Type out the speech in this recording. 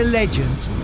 legends